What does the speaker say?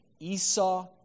Esau